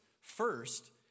First